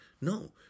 no